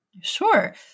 Sure